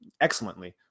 excellently